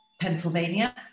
Pennsylvania